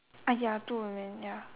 !aiya! two I mean ya